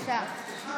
בבקשה.